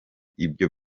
ibyo